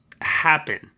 happen